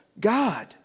God